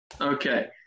Okay